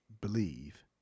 believe